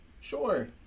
sure